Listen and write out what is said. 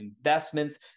investments